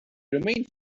remained